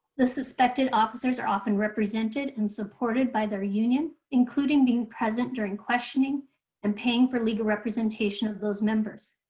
the suspected officers are often represented and supported by their union, including being present during questioning and paying for legal representation of those members.